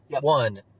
one